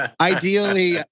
ideally